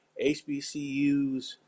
HBCUs